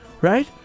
right